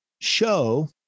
show